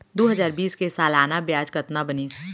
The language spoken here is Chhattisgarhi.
दू हजार बीस के सालाना ब्याज कतना बनिस?